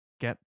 get